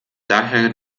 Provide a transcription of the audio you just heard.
daher